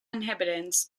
inhabitants